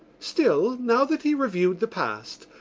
still, now that he reviewed the past,